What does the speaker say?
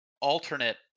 alternate